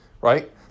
right